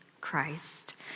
Christ